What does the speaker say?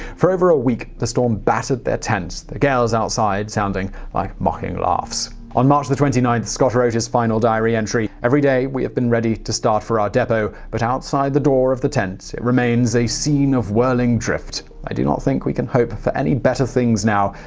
for over a week, the storm battered their tent, the gales outside sounding like mocking laughs. on march twenty nine, scott wrote his final diary entry every day we have been ready to start for our depot, but outside the door of the tent it remains a scene of whirling drift. i do not think we can hope for any better things now.